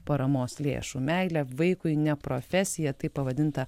paramos lėšų meilė vaikui ne profesija taip pavadinta